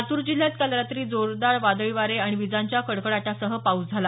लातूर जिल्ह्यात काल रात्री जोरदार वादळी वारे आणि विजांचा कडकडाटासह पाऊस झाला